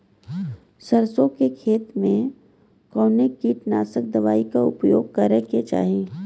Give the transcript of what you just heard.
सरसों के खेत में कवने कीटनाशक दवाई क उपयोग करे के चाही?